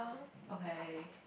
okay